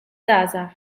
żgħażagħ